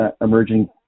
emerging